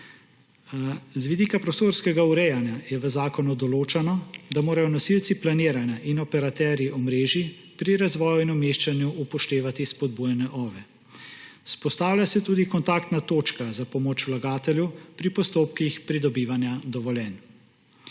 Z vidika prostorskega urejanja je v zakonu določeno, da morajo nosilci planiranja in operaterji omrežij pri razvoju in umeščanju upoštevati spodbujanje OVE. Vzpostavlja se tudi kontaktna točka za pomoč vlagatelju pri postopkih pridobivanja dovoljenj.